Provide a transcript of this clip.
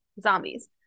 Zombies